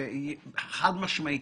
חד משמעית,